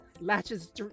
latches